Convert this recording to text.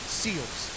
seals